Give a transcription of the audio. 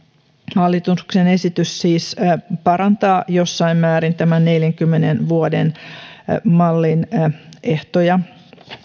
hallituksen esitys siis parantaa jossain määrin tämän neljänkymmenen vuoden mallin ehtoja